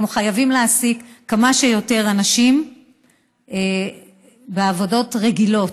אנחנו חייבים להעסיק כמה שיותר אנשים בעבודות רגילות.